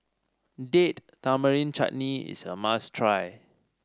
Date Tamarind Chutney is a must try